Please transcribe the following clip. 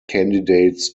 candidates